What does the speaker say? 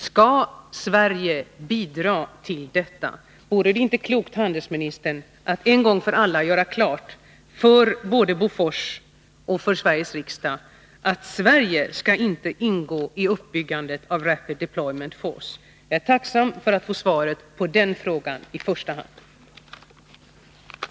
Skall Sverige bidra till detta? Vore det inte klokt, handelsministern, att en gång för alla göra klart för både Bofors och Sveriges riksdag att Sverige inte skall ingå i uppbyggandet av RDF? Jag är tacksam för svar på i första hand den frågan.